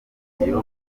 studio